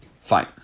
Fine